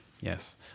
Yes